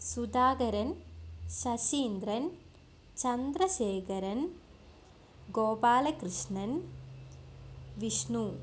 Sudhakaran Saseendran Chandrasekharan Gopalakrishnan Vishnu